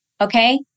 Okay